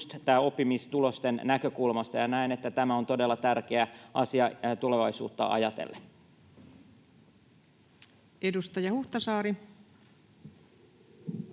oppimistulosten näkökulmasta. Näen, että tämä on todella tärkeä asia tulevaisuutta ajatellen. Edustaja Huhtasaari.